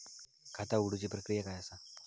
खाता उघडुची प्रक्रिया काय असा?